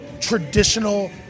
traditional